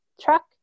truck